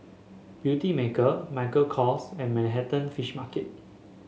Beautymaker Michael Kors and Manhattan Fish Market